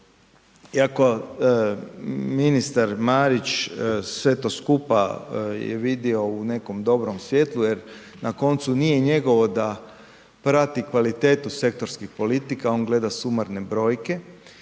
iako ministar Marić sve to skupa je vidio u nekom dobrom svjetlu jer na koncu nije njegovo da prati kvalitetu sektorskih politika, on gleda sumarne brojke,